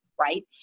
right